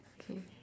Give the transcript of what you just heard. okay